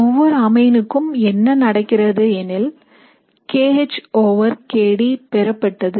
ஒவ்வொரு அமைனுக்கும் என்ன நடக்கிறது எனில் kH over kD பெறப்பட்டது